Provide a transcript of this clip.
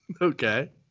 Okay